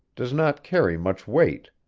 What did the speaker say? does not carry much weight.